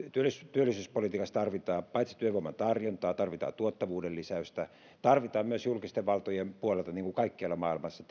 työllisyyspolitiikassa tarvitaan paitsi työvoiman tarjontaa tarvitaan tuottavuuden lisäystä tarvitaan myös julkisen vallan puolelta niin kuin kaikkialla maailmassa